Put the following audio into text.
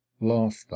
laughter